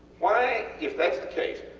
why, if thats the case,